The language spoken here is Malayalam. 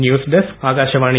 news desk Akashvani